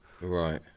Right